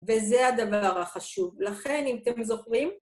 וזה הדבר החשוב. לכן, אם אתם זוכרים...